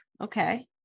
okay